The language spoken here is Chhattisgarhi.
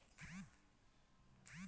सिचाई के पारंपरिक साधन का का हे?